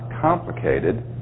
complicated